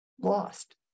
lost